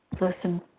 Listen